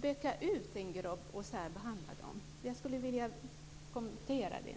peka ut en grupp och särbehandla dem. Jag skulle vilja få en kommentar till det.